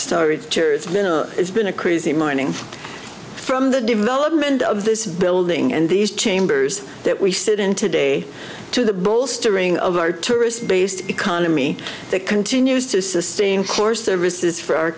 story it's been a crazy morning from the development of this building and these chambers that we sit in today to the bolstering of our tourist based economy that continues to sustain course the risk is for our